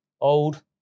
old